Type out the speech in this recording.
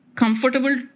comfortable